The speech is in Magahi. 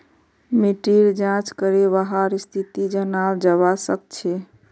मिट्टीर जाँच करे वहार स्थिति जनाल जवा सक छे